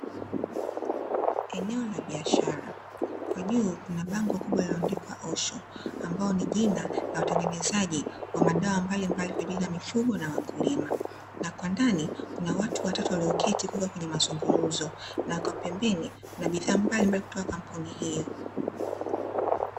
Eneo la biashara, kwa juu kuna bango kubwa lililoandikwa osho, ambalo ni jina la watengenezaji wa madawa mbalimbali kwa ajili ya mifugo na wakulima, na kwa ndani kuna watu watatu walioketi wakiwa kwenye mazungumzo na kwa pembeni kuna bidhaa mbalimbali kutoka kampuni hiyo.